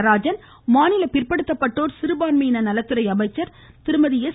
நடராஜன் மாநில பிற்படுத்தப்பட்டோர் சிறுபான்மையின நலத்துறை அமைச்சர் திருமதி எஸ்